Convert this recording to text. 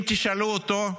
אם תשאלו אותו,